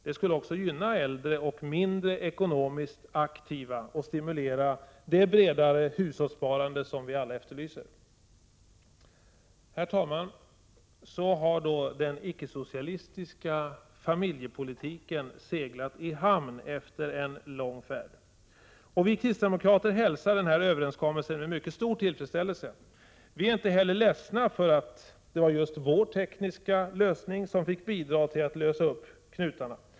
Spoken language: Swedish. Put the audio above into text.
Det skulle också gynna äldre och mindre ekonomiskt aktiva och stimulera det bredare hushållssparande som vi alla efterlyser. Herr talman! Så har då den icke-socialistiska familjepolitiken seglat i hamn efter en lång färd. Vi kristdemokrater hälsar denna överenskommelse med mycket stor tillfredsställelse. Vi är inte heller ledsna för att det just var vår tekniska lösning som fick bidra till att lösa upp knutarna.